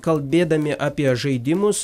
kalbėdami apie žaidimus